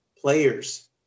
players